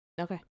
Okay